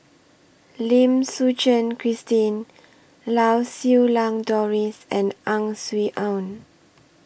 Lim Suchen Christine Lau Siew Lang Doris and Ang Swee Aun